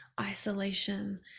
isolation